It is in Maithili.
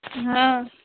हँ